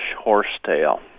horsetail